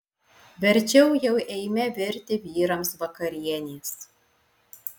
verčiau jau eime virti vyrams vakarienės